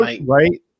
Right